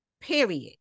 Period